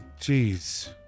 Jeez